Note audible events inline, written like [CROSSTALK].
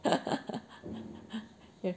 [LAUGHS]